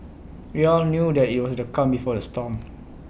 we all knew that IT was the calm before the storm